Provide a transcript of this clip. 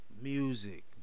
Music